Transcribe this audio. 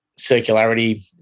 circularity